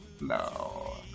No